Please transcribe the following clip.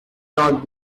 not